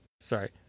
Sorry